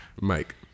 Mike